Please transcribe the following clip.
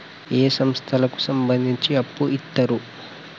ఏ సంస్థలకు సంబంధించి అప్పు ఇత్తరు?